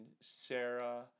Sarah